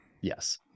yes